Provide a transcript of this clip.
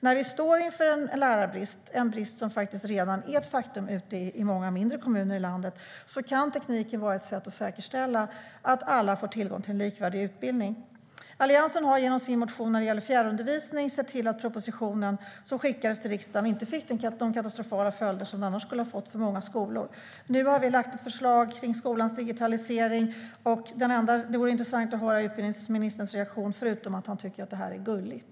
När vi står inför en lärarbrist - en brist som redan är ett faktum ute i många mindre kommuner i landet - kan tekniken vara ett sätt att säkerställa att alla får tillgång till en likvärdig utbildning. Alliansen har genom sin motion om fjärrundervisning sett till att propositionen som skickades till riksdagen inte fick de katastrofala följder som den annars skulle ha fått för många skolor. Nu har vi lagt fram ett förslag om skolans digitalisering. Det vore intressant att höra utbildningsministerns reaktion på detta förslag, förutom att han tycker att det är gulligt.